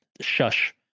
shush